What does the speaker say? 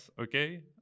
okay